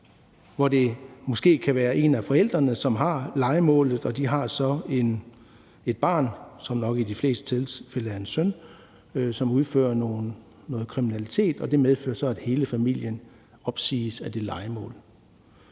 hvor det måske kan være en forælder, som har lejemålet, og hvor barnet, som nok i de fleste af de her tilfælde er en søn, begår noget kriminalitet, hvilket så medfører, at hele familien udsættes af det lejemål.